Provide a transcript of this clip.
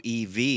EV